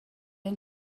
این